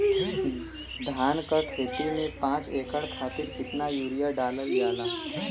धान क खेती में पांच एकड़ खातिर कितना यूरिया डालल जाला?